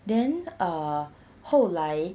then err 后来